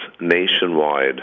nationwide